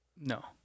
No